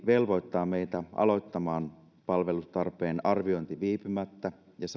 velvoittaa meitä aloittamaan palvelutarpeen arvioinnin viipymättä ja